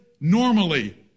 normally